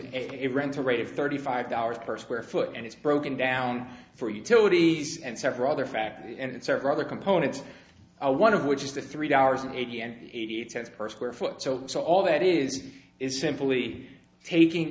it rent a rate of thirty five dollars per square foot and it's broken down for utilities and several other factors and several other components one of which is the three dollars eighty and eighty eight cents per square foot so so all that is is simply taking